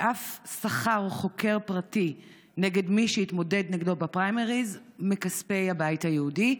ואף שכר חוקר פרטי נגד מי שהתמודד נגדו בפריימריז מכספי הבית היהודי.